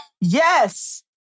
Yes